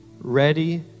Ready